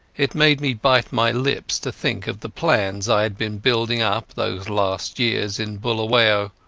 it made me bite my lips to think of the plans i had been building up those last years in buluwayo.